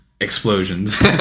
explosions